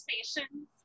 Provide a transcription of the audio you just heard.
conversations